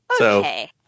Okay